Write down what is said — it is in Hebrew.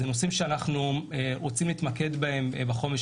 אלה נושאים שאנחנו רוצים להתמקד בהם בחומש